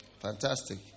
Fantastic